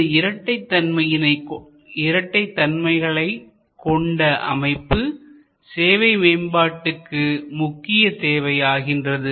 இந்த இரட்டைதன்மைகளை கொண்ட அமைப்பு சேவை மேம்பாட்டுக்கு முக்கிய தேவை ஆகின்றது